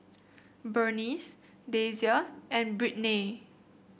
Bernice Dasia and Brittnay